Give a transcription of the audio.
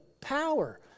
power